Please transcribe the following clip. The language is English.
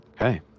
Okay